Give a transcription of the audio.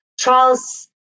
Trials